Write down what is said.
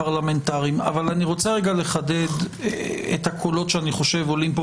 פרלמנטריים אבל אני רוצה לחדד את הקולות שאני חושב שעולים פה